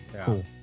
cool